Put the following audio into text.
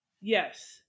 Yes